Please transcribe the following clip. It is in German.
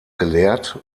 geleert